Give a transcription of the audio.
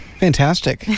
Fantastic